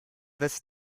this